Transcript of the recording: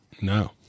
No